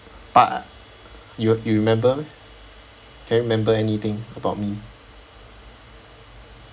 but you you remember can you remember anything about me